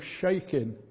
shaking